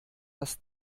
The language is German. das